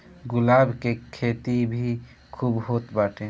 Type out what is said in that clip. गुलाब के खेती भी खूब होत बाटे